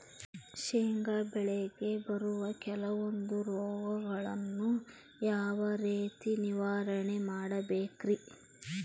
ಶೇಂಗಾ ಬೆಳೆಗೆ ಬರುವ ಕೆಲವೊಂದು ರೋಗಗಳನ್ನು ಯಾವ ರೇತಿ ನಿರ್ವಹಣೆ ಮಾಡಬೇಕ್ರಿ?